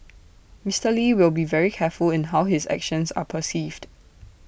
Mister lee will be very careful in how his actions are perceived